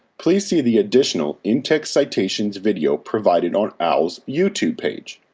please the the additional in-text citations video provided on owl's youtube page.